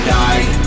die